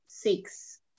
six